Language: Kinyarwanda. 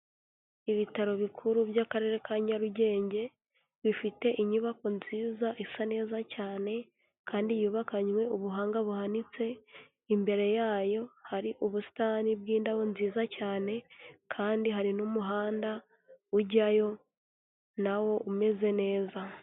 Ibitaro bikuru by'akarere ka Nyarugenge bifite inyubako nziza isa neza cyane kandi yubakanywe ubuhanga buhanitse, imbere yayo hari ubusitani bw'indabo nziza cyane kandi hari n'umuhanda ujyayo nawo umeze neza.